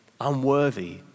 unworthy